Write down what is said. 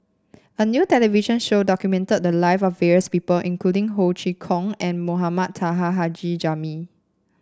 a new television show documented the live of various people including Ho Chee Kong and Mohamed Taha Haji Jamil